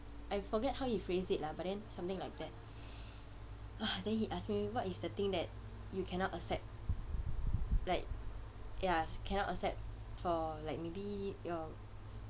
I forget how he phrased it lah but then something like that then he ask me what is the thing that you cannot accept like ya cannot accept for like maybe your